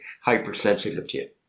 hypersensitive